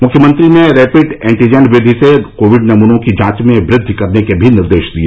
मुख्यमंत्री ने rapid antigen विधि से कोविड नमूनों की जांच में वृद्वि करने के भी निर्देश दिए